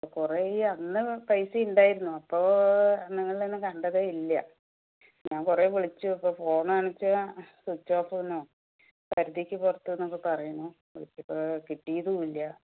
ഓ കുറേ അന്ന് പൈസ ഉണ്ടായിരുന്നു അപ്പോൾ നിങ്ങളെയൊന്നും കണ്ടതേയില്ല ഞാൻ കുറെ വിളിച്ചു അപ്പോൾ ഫോണാണെന്നു വച്ചാൽ സ്വിച്ച് ഓഫെന്നോ പരിധിക്കു പുറത്തെന്നൊക്കെ പറയുന്നു വിളിച്ചപ്പോൾ കിട്ടിയതും ഇല്ല